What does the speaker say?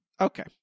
Okay